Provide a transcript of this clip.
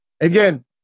Again